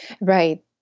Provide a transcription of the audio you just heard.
Right